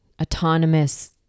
autonomous